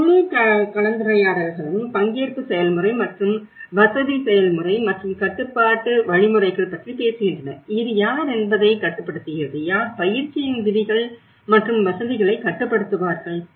இந்த முழு கலந்துரையாடல்களும் பங்கேற்பு செயல்முறை மற்றும் வசதி செயல்முறை மற்றும் கட்டுப்பாட்டு வழிமுறைகள் பற்றி பேசுகின்றன இது யார் என்பதை கட்டுப்படுத்துகிறது யார் பயிற்சியின் விதிகள் மற்றும் வசதிகளை கட்டுப்படுத்துவார்கள்